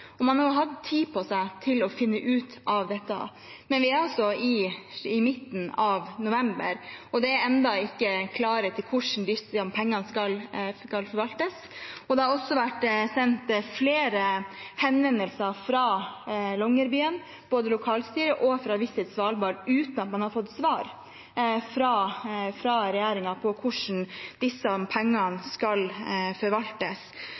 og man har hatt tid på seg til å finne ut av dette. Vi er altså i midten av november, og det er ennå ikke klarhet i hvordan disse pengene skal forvaltes. Det har også vært sendt flere henvendelser fra Longyearbyen – både fra lokalstyret og fra Visit Svalbard – uten at man har fått svar fra regjeringen på hvordan disse pengene skal forvaltes.